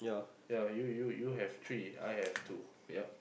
ya you you you have three I have two